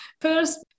First